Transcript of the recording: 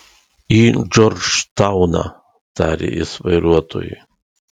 į džordžtauną tarė jis vairuotojui